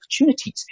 opportunities